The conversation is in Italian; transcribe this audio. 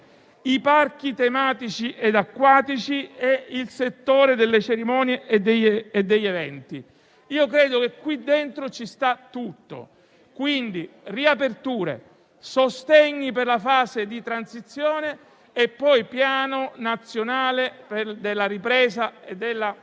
i parchi tematici e acquatici e il settore delle cerimonie e degli eventi: credo che qui dentro ci sia tutto. Riassumendo, quindi: riaperture, sostegni per la fase di transizione e Piano nazionale di ripresa e